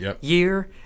Year